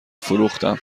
فروختم